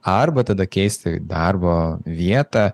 arba tada keisti darbo vietą